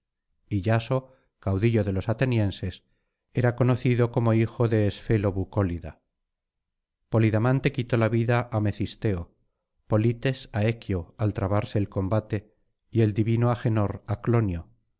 y yaso caudillo de los atenienses era conocido como hijo de esfelo bucólida polidamante quitó la vida á mecisteo polites á equio al trabarse el combate y el divino agenor á clonio